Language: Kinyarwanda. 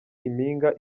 impinga